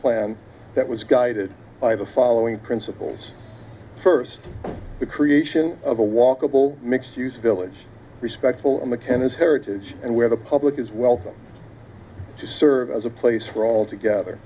plan that was guided by the following principles first the creation of a walkable mixed use village respectful on the tennis heritage and where the public is welcome to serve as a place for all together